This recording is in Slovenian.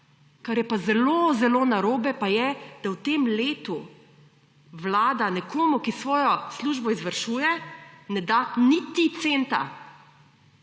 Kaj je pa zelo, zelo narobe pa je, da v tem letu vlada nekomu, ki svojo službo izvršuje, ne da niti centa.